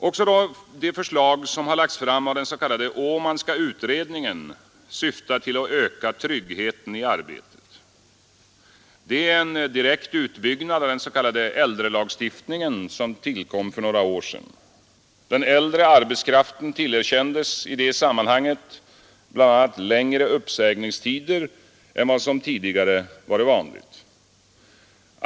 Också de förslag som har lagts fram av den s.k. Åmanska utredningen syftar till att öka tryggheten i arbetet. Det är en direkt utbyggnad av den s.k. äldrelagstiftningen som tillkom för några år sedan. Den äldre arbetskraften tillerkändes i det sammanhanget bl.a. längre uppsägningstider än vad som tidigare varit vanligt.